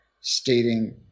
stating